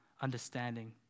understanding